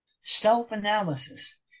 self-analysis